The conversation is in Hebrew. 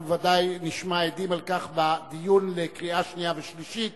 אנחנו בוודאי נשמע הדים על כך בדיון לקריאה שנייה ושלישית